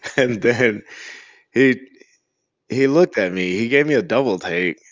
and then he he looked at me. he gave me a double take.